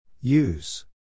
use